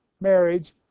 marriage